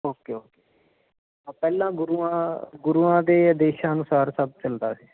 okay okay ਪਹਿਲਾਂ ਗੁਰੂਆਂ ਗੁਰੂਆਂ ਦੇ ਆਦੇਸ਼ਾਂ ਅਨੁਸਾਰ ਸਭ ਚੱਲਦਾ ਸੀ